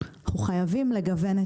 חייבים לגוון אותו בנושאים,